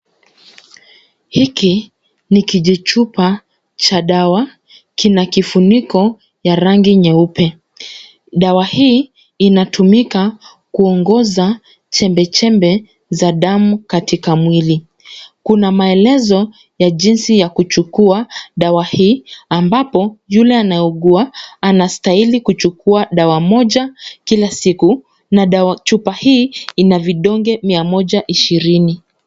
Hiki, ni kijichupa, cha dawa, kina kifuniko, ya rangi nyeupe, dawa hii inatumika, kuongoza, chembe chembe za damu katika mwili, kuna maelezo, ya jinsi ya kuchukua, dawa hii, ambapo, yule anayeugua anastahili kuchukua dawa moja, kila siku, na dawa, chupa hii, ina vidonge mia moja ishirini.